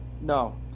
No